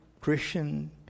Christian